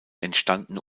entstanden